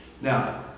Now